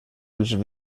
els